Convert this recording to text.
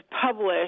published